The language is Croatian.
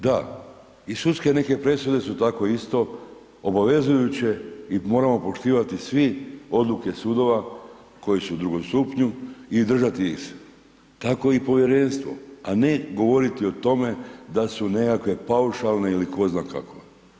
Da i sudske neke presude su tako isto obavezujući i moramo poštivati svi odluke sudova koji su u drugom stupnju i držati ih se tako i Povjerenstvo, a ne govoriti o tome da su nekakve paušalne ili tko zna kakve.